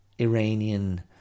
iranian